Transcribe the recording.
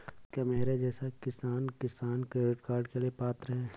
क्या मेरे जैसा किसान किसान क्रेडिट कार्ड के लिए पात्र है?